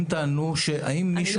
האם מישהו